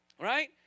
Right